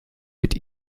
mit